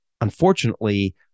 unfortunately